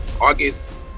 August